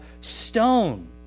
stone